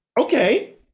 okay